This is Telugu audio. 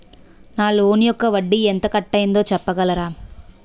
నా లోన్ యెక్క వడ్డీ ఎంత కట్ అయిందో చెప్పగలరా?